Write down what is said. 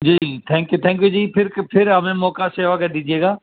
G thank you you you جی پھر پھر ہمیں موقع سیوا کر دیجیے گا